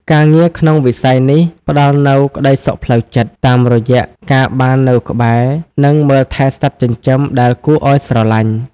ការងារក្នុងវិស័យនេះផ្ដល់នូវក្តីសុខផ្លូវចិត្ត តាមរយៈការបាននៅក្បែរ និងមើលថែសត្វចិញ្ចឹមដែលគួរឱ្យស្រឡាញ់។